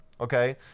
okay